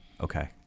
Okay